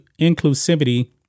inclusivity